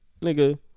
nigga